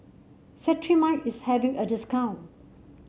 Cetrimide is having a discount